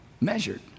measured